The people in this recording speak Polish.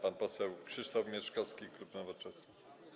Pan poseł Krzysztof Mieszkowski, klub Nowoczesna.